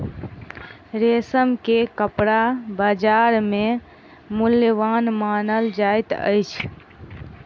रेशम के कपड़ा बजार में मूल्यवान मानल जाइत अछि